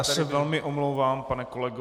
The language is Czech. Já se velmi omlouvám, pane kolego.